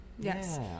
Yes